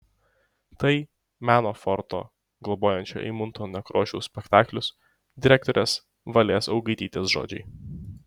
tai meno forto globojančio eimunto nekrošiaus spektaklius direktorės valės augaitytės žodžiai